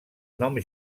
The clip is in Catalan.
nom